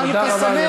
תודה רבה.